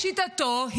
לשיטתו,